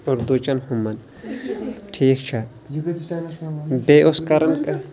اُردوچن ہُمَن ٹھیٖک چھےٚ بیٚیہِ اوس کَران أسۍ